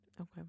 Okay